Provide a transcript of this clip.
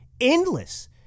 endless